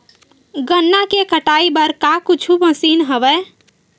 गन्ना के कटाई बर का कुछु मशीन हवय?